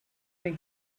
make